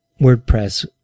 WordPress